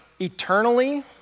eternally